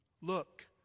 Look